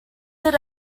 did